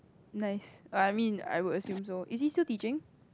nice err I mean I would assume so is he still teaching